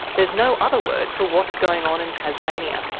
there's no other word for what's going on in tasmania.